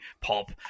pop